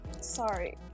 Sorry